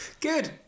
Good